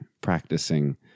practicing